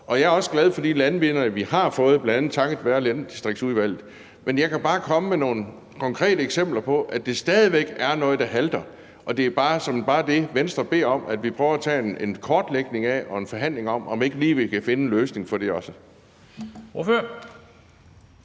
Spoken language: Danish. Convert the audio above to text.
Jeg er også glad for de landvindinger, vi har fået, bl.a. takket være Landdistriktsudvalget, men jeg kan bare komme med nogle konkrete eksempler på, at der stadig væk er noget, der halter, og det er såmænd bare det, Venstre beder om, altså at vi foretager en kortlægning af det og en forhandling om, om ikke lige vi kan finde en løsning på det også.